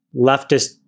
leftist